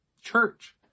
church